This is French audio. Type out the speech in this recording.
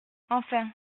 enfin